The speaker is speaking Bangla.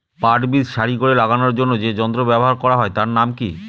পাট বীজ সারি করে লাগানোর জন্য যে যন্ত্র ব্যবহার হয় তার নাম কি?